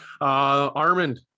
Armand